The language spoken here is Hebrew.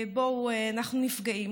בואו, אנחנו נפגעים.